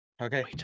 Okay